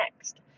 next